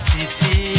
City